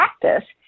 practice